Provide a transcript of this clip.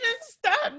stop